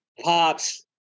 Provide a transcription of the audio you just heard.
Pops